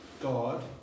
God